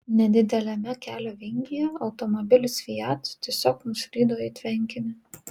nedideliame kelio vingyje automobilis fiat tiesiog nuslydo į tvenkinį